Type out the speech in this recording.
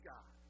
God